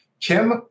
Kim